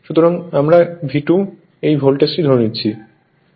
সুতরাং এখানে আমরা V2 এই ভোল্টেজটি ধরে নিচ্ছি